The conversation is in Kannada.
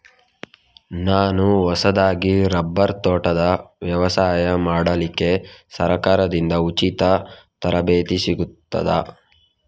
ನಾನು ಹೊಸದಾಗಿ ರಬ್ಬರ್ ತೋಟದ ವ್ಯವಸಾಯ ಮಾಡಲಿಕ್ಕೆ ಸರಕಾರದಿಂದ ಉಚಿತ ತರಬೇತಿ ಸಿಗುತ್ತದಾ?